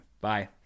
bye